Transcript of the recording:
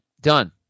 Done